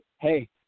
hey